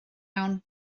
iawn